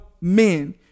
men